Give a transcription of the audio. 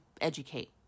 educate